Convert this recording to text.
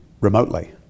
remotely